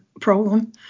problem